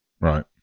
Right